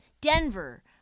Denver